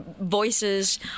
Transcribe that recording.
voices